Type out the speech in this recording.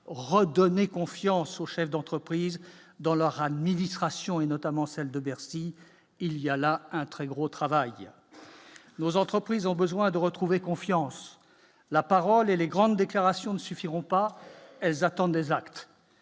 redonner confiance aux chefs d'entreprise dans leur administration et notamment celle de Bercy, il y a là un très gros travail, nos entreprises ont besoin de retrouver confiance la parole et les grandes déclarations ne suffiront pas, elles attendent des actes,